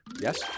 Yes